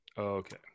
Okay